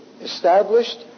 established